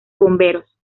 bomberos